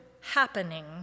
happening